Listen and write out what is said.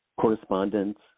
correspondence